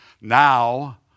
now